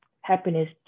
happiness